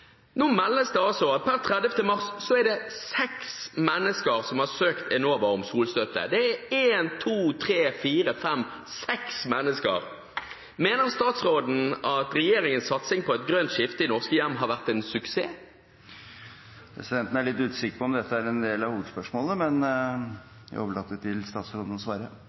Nå meldes det at per 30. mars er det seks mennesker som har søkt Enova om solstøtte – en, to, tre, fire, fem, seks mennesker. Mener statsråden at regjeringens satsing på et grønt skifte i norske hjem har vært en suksess? Presidenten er litt usikker på om dette er en del av hovedspørsmålet, men presidenten overlater til statsråden å svare.